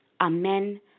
Amen